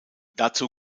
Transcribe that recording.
dazu